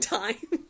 time